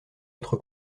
votre